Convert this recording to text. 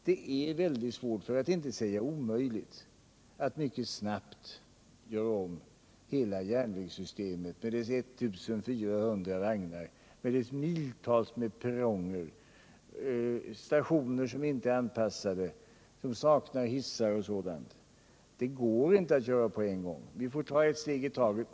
Det är väldigt svårt för att inte säga omöjligt att mycket snabbt göra om hela järnvägssystemet med dess 1 400 vagnar, miltals med perronger, stationer som inte är anpassade, som saknar hissar och sådant. Det går inte att göra på en gång. Vi får ta ett steg i taget.